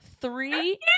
three